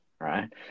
right